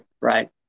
Right